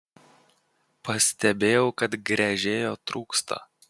pastebėjau kad gręžėjo trūksta